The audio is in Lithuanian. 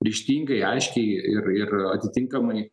ryžtingai aiškiai ir ir atitinkamai